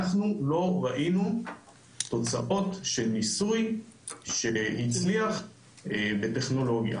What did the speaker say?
אנחנו לא ראינו תוצאות של ניסוי שהצליח בטכנולוגיה.